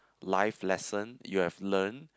life lesson you've learn